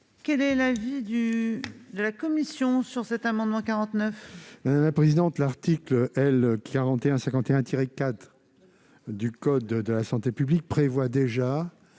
Quel est l'avis de la commission ? Cet amendement vise